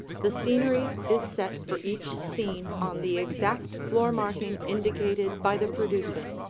the scenery is set for each scene on the exact floor marking indicated by the producer.